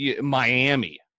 Miami